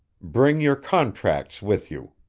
bring your contracts with you.